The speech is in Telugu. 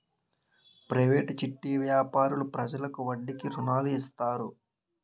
ప్రైవేటు చిట్టి వ్యాపారులు ప్రజలకు వడ్డీకి రుణాలు ఇస్తారు